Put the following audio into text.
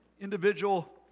individual